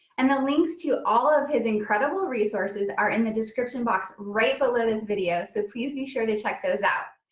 and the links to all of his incredible resources are in the description box right below video, so please be sure to check those out.